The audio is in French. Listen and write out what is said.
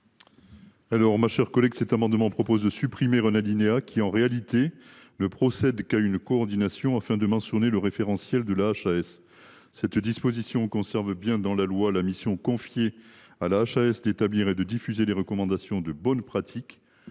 de la commission ? Cet amendement tend à supprimer un alinéa qui, en réalité, ne procède qu’à une coordination, afin de mentionner le référentiel de la HAS. La disposition visée conserve bien dans la loi la mission confiée à la HAS d’établir et de diffuser les recommandations de bonnes pratiques.